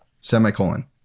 semicolon